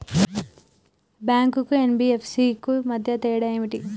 Bank కు NBFC కు మధ్య తేడా ఏమిటి?